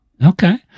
Okay